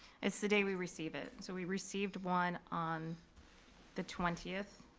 it's the day we receive it. so we received one on the twentieth.